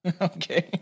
Okay